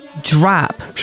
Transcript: drop